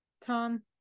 Tom